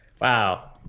Wow